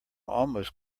almost